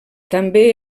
també